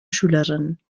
schülerinnen